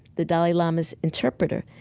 the dalai lama's interpreter,